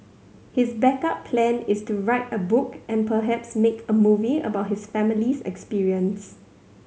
his backup plan is to write a book and perhaps make a movie about his family's experience